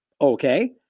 Okay